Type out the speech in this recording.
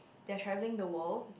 they are travelling the world